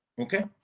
Okay